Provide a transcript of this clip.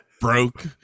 broke